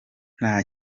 nta